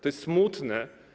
To jest smutne.